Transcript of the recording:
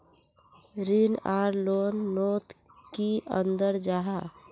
ऋण आर लोन नोत की अंतर जाहा?